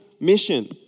mission